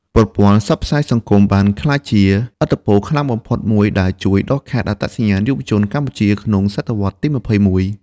ប្រព័ន្ធផ្សព្វផ្សាយសង្គមបានក្លាយជាឥទ្ធិពលខ្លាំងបំផុតមួយដែលជួយដុសខាត់អត្តសញ្ញាណយុវជនកម្ពុជាក្នុងសតវត្សរ៍ទី ២១។